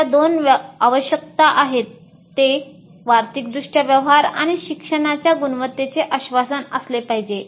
अशा दोन आवश्यकता आहेतः ते आर्थिकदृष्ट्या व्यवहार्य आणि शिक्षणाच्या गुणवत्तेचे आश्वासन असले पाहिजे